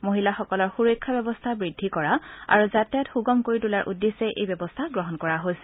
মহিলাসকলৰ সুৰক্ষা ব্যৱস্থা বৃদ্ধি কৰা আৰু যাতায়াত সুগম কৰি তোলাৰ উদ্দেশ্যে এই ব্যৱস্থা গ্ৰহণ কৰা হৈছে